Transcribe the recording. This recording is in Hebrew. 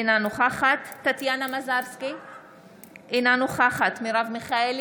אינה נוכחת טטיאנה מזרסקי, אינה נוכחת מרב מיכאלי,